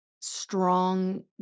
strong